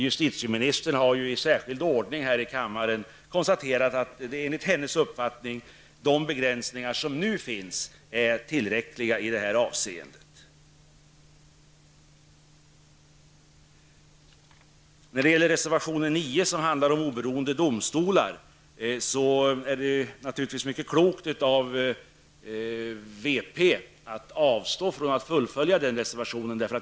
Justitieministern har i särskild ordning i kammaren konstaterat att enligt hennes uppfattning de begränsningar som nu finns är tillräckliga i det avseendet. Reservation 9 handlar om oberoende domstolar. Det är naturligtvis mycket klokt av vänsterpartiet att avstå från att följa upp reservationen.